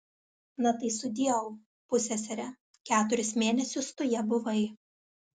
na tai sudieu pussesere keturis mėnesius tu ja buvai